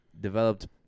developed